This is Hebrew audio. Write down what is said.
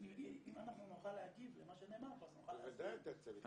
אם אנחנו נוכל להגיב למה שנאמר פה אז נוכל להסביר.